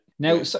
Now